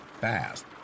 fast